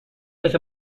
with